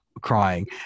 crying